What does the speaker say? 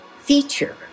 feature